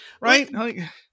Right